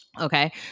Okay